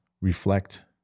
reflect